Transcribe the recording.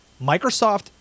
Microsoft